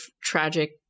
tragic